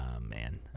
man